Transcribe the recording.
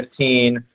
2015